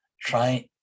try